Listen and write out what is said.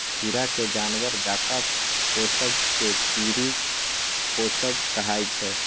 कीरा केँ जानबर जकाँ पोसब केँ कीरी पोसब कहय छै